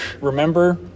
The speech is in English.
remember